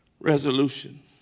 resolution